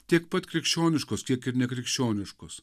tiek pat krikščioniškos tiek ir nekrikščioniškos